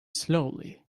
slowly